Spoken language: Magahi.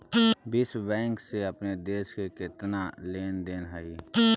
विश्व बैंक से अपने देश का केतना लें देन हई